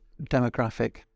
demographic